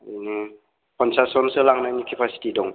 बिदिनो पन्सास जोनसो लांनायनि केपासिटि दं